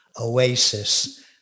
oasis